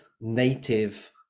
native